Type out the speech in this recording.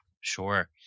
Sure